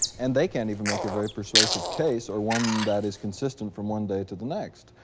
and they can't even make a very persuasive case, or one that is consistent from one day to the next.